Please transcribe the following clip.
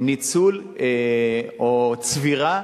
ניצול או צבירה